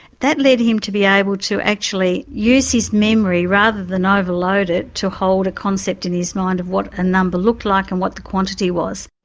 that led him to be able to actually use his memory rather than overload it to hold concept in his mind of what a number looked like and what the quantity was.